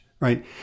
Right